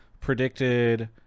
predicted